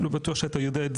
עודד, לא בטוח שאתה יודע.